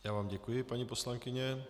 Já vám děkuji, paní poslankyně.